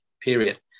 period